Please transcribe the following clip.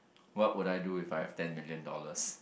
what would I do if I have ten million dollars